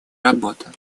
работа